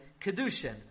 kedushin